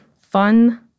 fun